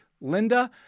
Linda